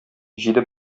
җиде